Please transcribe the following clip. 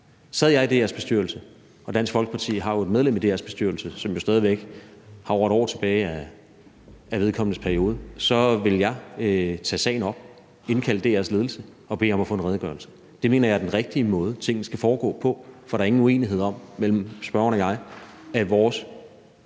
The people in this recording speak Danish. Sad jeg i DR's bestyrelse, og Dansk Folkeparti har jo et medlem i DR's bestyrelse, som stadig væk har over 1 år tilbage af vedkommendes periode, ville jeg tage sagen op, indkalde DR's ledelse og bede om at få en redegørelse. Det mener jeg er den rigtige måde, tingene skal foregå på, for der er ingen uenighed mellem spørgeren og mig om, at vores